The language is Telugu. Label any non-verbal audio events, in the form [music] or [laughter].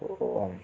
[unintelligible]